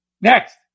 Next